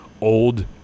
old